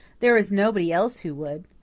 there is nobody else who would.